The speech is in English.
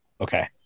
Okay